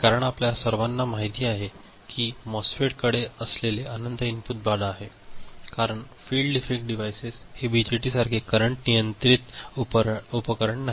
कारण आपल्या सर्वांना माहित कि मॉस्फेट कडे असलेले अनंत इनपुट बाधा आहे कारण फील्ड इफेक्ट डिव्हाइस हे बीजेटीसारखे करंट नियंत्रित उपकरण नाही